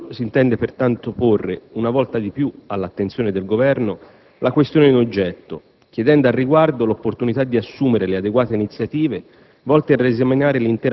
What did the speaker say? Con questo ordine del giorno si intende pertanto porre, una volta di più, all'attenzione del Governo la questione in oggetto, chiedendo al riguardo l'opportunità di assumere le adeguate iniziative